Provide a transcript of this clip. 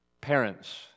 parents